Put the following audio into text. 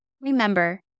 Remember